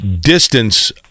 distance